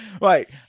Right